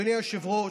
אדוני היושב-ראש,